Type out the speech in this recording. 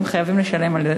הם חייבים לשלם על זה.